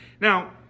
Now